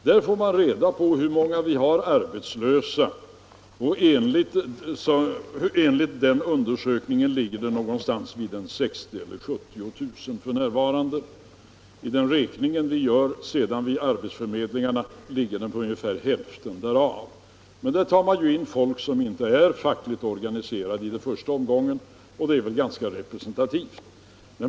Där får vi reda på hur många som är arbetslösa, och det antalet ligger någonstans mellan 60 000 och 70 000 personer f.n. I den räkning som görs vid arbetsförmedlingarna ligger antalet arbetslösa på ungefär hälften av den siffran. I arbetskraftsundersökningen tas folk som inte är fackligt organiserade med, och den är ganska representativ.